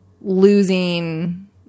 losing